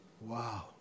Wow